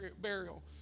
burial